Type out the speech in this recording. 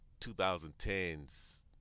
2010's